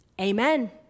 amen